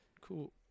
Cool